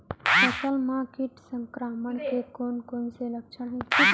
फसल म किट संक्रमण के कोन कोन से लक्षण हे?